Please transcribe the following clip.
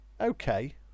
okay